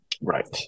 right